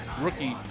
rookie